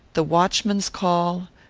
the watchman's call,